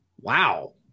wow